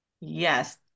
Yes